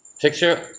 Picture